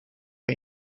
aan